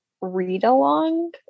read-along